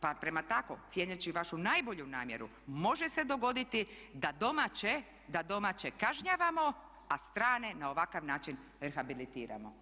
Pa prema tako cijeneći vašu najbolju namjeru može se dogoditi da domaće kažnjavamo, a strane na ovakav način rehabilitiramo.